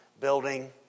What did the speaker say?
building